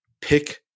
pick